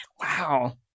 wow